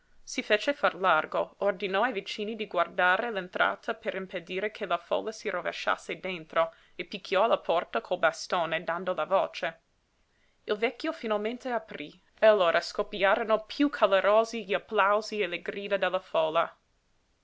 si fece far largo ordinò ai vicini di guardare l'entrata per impedire che la folla si rovesciasse dentro e picchiò alla porta col bastone dando la voce il vecchio finalmente aprí e allora scoppiarono piú calorosi gli applausi e le grida della folla